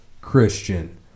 Christian